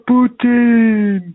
Putin